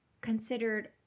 considered